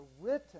written